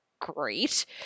great